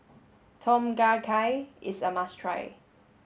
Tom Kha Gai is a must try